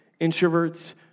Introverts